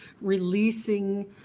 releasing